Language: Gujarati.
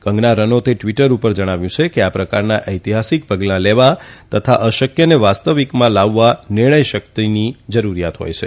કંગના રનૌતે ટ્વિટર ઉપર જણાવ્યું છે કે આ પ્રકારના ઐતિહાસિક પગલા લેવા તથા અશ્યકને વાસ્તવીકતામાં લાવવા નિર્ણય શક્તિની જરૂર હોય છે